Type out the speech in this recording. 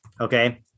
okay